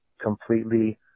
completely